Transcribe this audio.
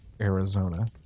Arizona